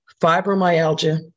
fibromyalgia